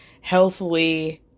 healthily